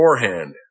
beforehand